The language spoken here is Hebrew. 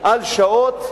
על שעות,